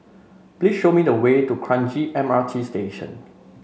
please show me the way to Kranji M R T Station